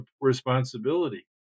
responsibility